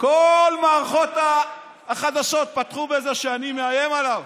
כל מערכות החדשות פתחו בזה שאני מאיים עליו.